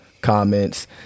comments